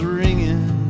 ringing